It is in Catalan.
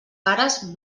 pares